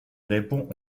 répond